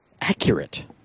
accurate